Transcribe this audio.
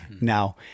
now